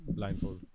Blindfold